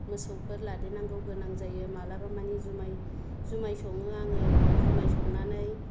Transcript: मोसौफोर लादेरनांगौ गोनां जायो मालाबा माने जुमाय जुमाय सङो आङो जुमाय संनानै